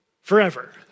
forever